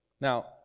Now